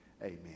Amen